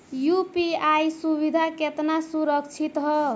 UPI सुविधा केतना सुरक्षित ह?